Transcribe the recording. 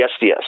SDS